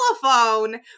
telephone